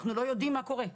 אנחנו לא יודעים מה קורה.